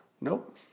Nope